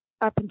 up